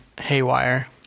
haywire